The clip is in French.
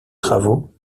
travaux